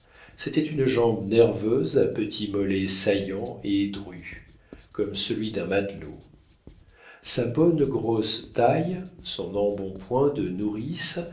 c'était une jambe nerveuse à petit mollet saillant et dru comme celui d'un matelot sa bonne grosse taille son embonpoint de nourrice